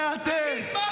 זה אתם.